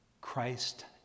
Christ